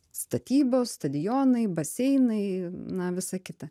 statybos stadionai baseinai na visa kita